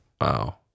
Wow